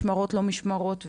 משמרות לא משמרות וכולי.